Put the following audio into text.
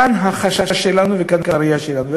כאן החשש שלנו, וכאן הראייה שלנו.